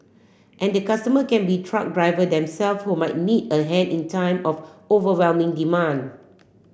and the customer can be truck driver them self who might need a hand in time of overwhelming demand